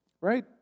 right